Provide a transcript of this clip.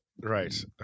Right